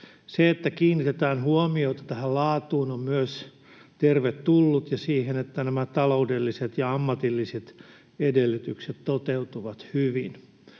Se, että kiinnitetään huomiota tähän laatuun ja siihen, että nämä taloudelliset ja ammatilliset edellytykset toteutuvat hyvin,